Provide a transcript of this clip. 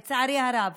לצערי הרב